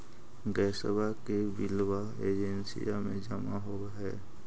गैसवा के बिलवा एजेंसिया मे जमा होव है?